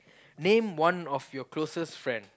name one of your closest friend